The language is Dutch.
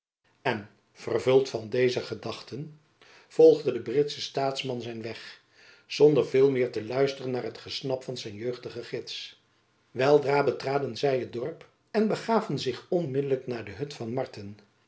en vervuld van deze gedachten vervolgde de britjacob van lennep elizabeth musch sche staatsman zijn weg zonder veel meer te luisteren naar het gesnap van zijn jeugdigen gids weldra betraden zy het dorp en begaven zich onmiddelijk naar de hut van marten